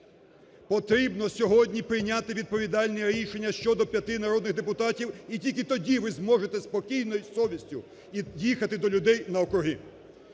Потрібно сьогодні прийняти відповідальні рішення щодо п'яти народних депутатів, і тільки тоді ви зможете зі спокійною совістю їхати до людей на округи.